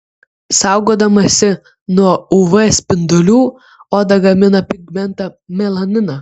saugodamasi nuo uv spindulių oda gamina pigmentą melaniną